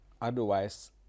Otherwise